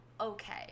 okay